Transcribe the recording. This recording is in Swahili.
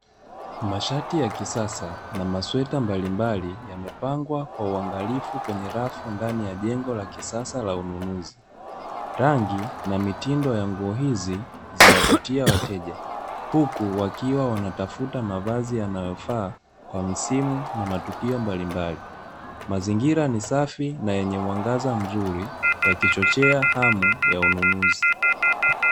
Mashati ya kisasa na masweta mbalimbali yamepangwa kwa uangalifu ndani ya jengo la kisasa la ununuzi, rangi na mitindo ya nguo hizi, zinafutia wateja, huku wakiwa wanatafuta mavazi yanayofaa kwa msimu na matukio mbalimbali, mazingira ni safi na yenye muangaza mzuri yakichochea hamu ya ununuzi.